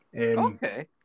Okay